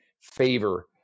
favor